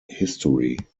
history